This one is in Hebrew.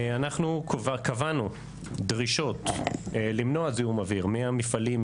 אנחנו כבר קבענו דרישות למנוע זיהום אוויר מהמפעלים,